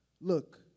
look